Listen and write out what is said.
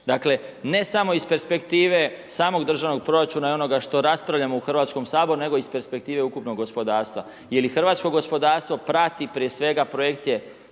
Dakle ne samo iz perspektive samog državnog proračuna i onoga što raspravljamo u Hrvatskom saboru, nego iz perspektive ukupnog gospodarstva. Jer i hrvatsko gospodarstvo prati prije svega projekcije